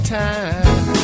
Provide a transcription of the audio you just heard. time